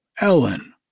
Ellen